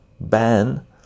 ban